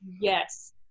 Yes